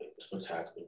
spectacular